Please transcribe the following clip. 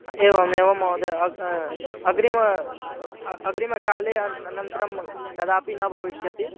एवम् एवं महोदयस अग्रिमम् अ अग्रिमकाले अहम् अनन्तरं कदापि न भविष्यति